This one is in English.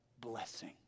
Blessing